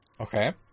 Okay